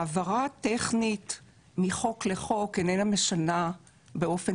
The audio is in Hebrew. העברה טכנית מחוק לחוק איננה משנה באופן